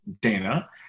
Dana